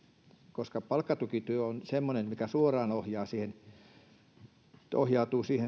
koska palkkatukityö on semmoinen mikä suoraan ohjautuu